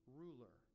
ruler